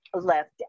left